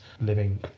living